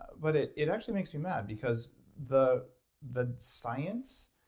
but it it actually makes me mad because the the science,